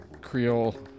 Creole